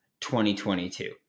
2022